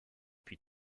puis